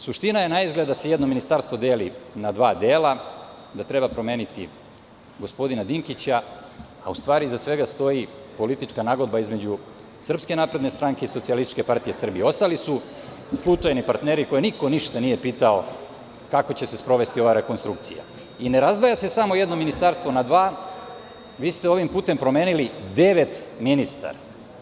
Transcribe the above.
Suština je naizgled da se jedno ministarstvo deli na dva dela, da treba promeniti gospodina Dinkića, a u stvari iza svega stoji politička nagodba između SNS i SPS, ostali su slučajni partneri koje niko ništa nije pitao kako će se sprovesti ova rekonstrukcija i ne razdvaja se samo jedno ministarstvo na dva, već ste ovim putem promenili devet ministara.